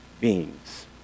beings